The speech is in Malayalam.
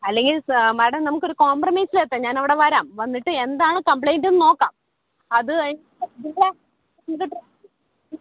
അല്ലെങ്കിൽ സാ മേഡം നമുക്കൊരു കോമ്പ്രമൈസിലെത്താം ഞാനവിടെ വരാം വന്നിട്ട് എന്താണ് കമ്പ്ലെയിൻ്റ് എന്നു നോക്കാം അതു കഴിഞ്ഞിട്ട് നിങ്ങളാ